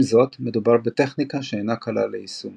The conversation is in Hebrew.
עם זאת מדובר בטכניקה שאינה קלה ליישום